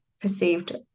perceived